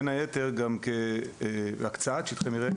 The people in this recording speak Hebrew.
בין היתר גם להקצאה של שטחי מרעה,